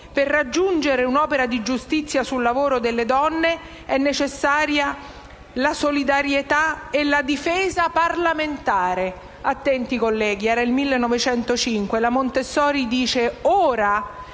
Per raggiungere l'opera di giustizia sul lavoro della donna è necessaria la solidarietà e la difesa parlamentare». Attenti, colleghi, era il 1905 e la Montessori diceva: